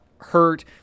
hurt